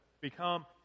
become